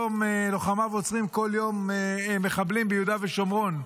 שלוחמיו עוצרים כל יום מחבלים ביהודה ושומרון.